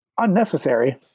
unnecessary